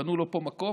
תפנו לו פה מקום.